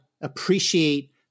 appreciate